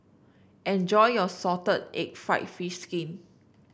enjoy your Salted Egg fried fish skin